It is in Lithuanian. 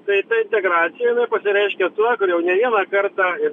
tai ta integracija inai pasireiškia tuo kur jau ne vieną kartą ir